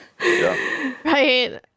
Right